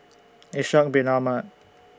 Ishak Bin Ahmad